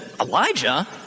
Elijah